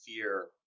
fear